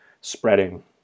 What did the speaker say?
spreading